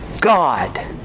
God